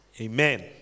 Amen